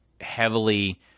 heavily